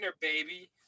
baby